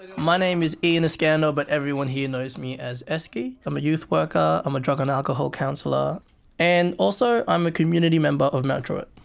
my name is ian eskano. but everyone here knows me as eski. i'm a youth worker. i'm a drug and alcohol counselor and also i'm a community member of mount druitt.